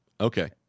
Okay